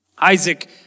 Isaac